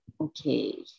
Okay